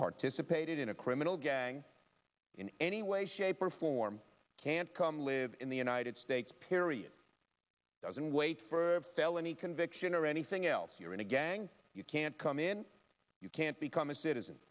participated in a criminal gang in any way shape or form can't come live in the united states period doesn't wait for a felony conviction or anything else you're in a gang you can't come in you can't become a citizen